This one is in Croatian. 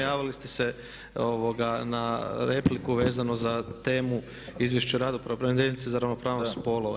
Javili ste se na repliku vezano za temu Izvješće o radu pravobraniteljice za ravnopravnost spolova.